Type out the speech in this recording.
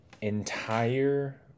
Entire